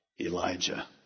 Elijah